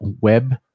web